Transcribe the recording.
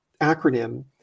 acronym